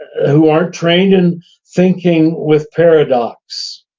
who aren't trained in thinking with paradox,